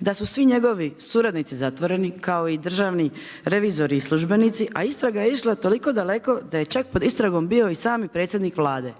da su svi njegovi suradnici zatvoreni kao i državni revizori i službenici, a istraga je išla toliko daleko da je čak pod istragom bio i sami predsjednik vlade.